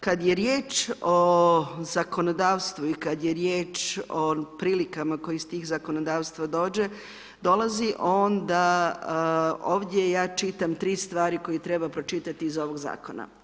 Kad je riječ o zakonodavstvu i kad je riječ o prilikama koje iz tih zakonodavstava dolazi onda ovdje ja čitam tri stvari koje treba pročitati iz ovog zakona.